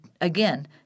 again